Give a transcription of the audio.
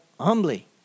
humbly